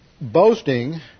boasting